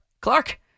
clark